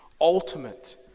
ultimate